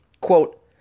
quote